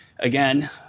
again